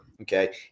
okay